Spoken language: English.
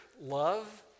love